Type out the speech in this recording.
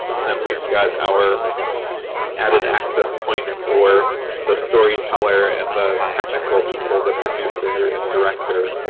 and then we've got our added access points for the storyteller and the technical people, the producer and director.